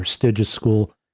prestigious school,